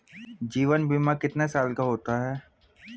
जीवन बीमा कितने साल का होता है?